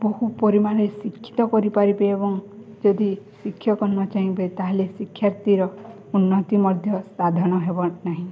ବହୁ ପରିମାଣରେ ଶିକ୍ଷିତ କରି ପାରିବେ ଏବଂ ଯଦି ଶିକ୍ଷକ ନ ଚାହିଁବେ ତା'ହେଲେ ଶିକ୍ଷାର୍ଥୀର ଉନ୍ନତି ମଧ୍ୟ ସାଧନ ହେବ ନାହିଁ